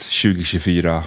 2024